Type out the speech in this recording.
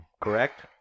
correct